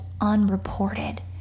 unreported